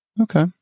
Okay